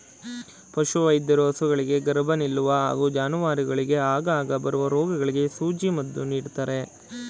ಪಶುವೈದ್ಯರು ಹಸುಗಳಿಗೆ ಗರ್ಭ ನಿಲ್ಲುವ ಹಾಗೂ ಜಾನುವಾರುಗಳಿಗೆ ಆಗಾಗ ಬರುವ ರೋಗಗಳಿಗೆ ಸೂಜಿ ಮದ್ದು ನೀಡ್ತಾರೆ